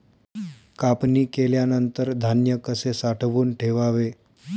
कापणी केल्यानंतर धान्य कसे साठवून ठेवावे?